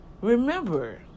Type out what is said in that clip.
remember